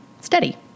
steady